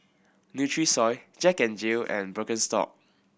Nutrisoy Jack N Jill and Birkenstock